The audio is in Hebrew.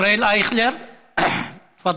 ישראל אייכלר, תפדל,